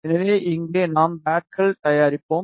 எனவே இங்கே நாம் பேட்கள் தயாரிப்போம்